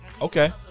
Okay